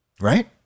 right